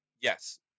yes